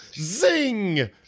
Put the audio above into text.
zing